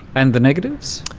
and the negatives?